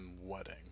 Wedding